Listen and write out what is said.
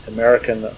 American